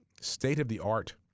state-of-the-art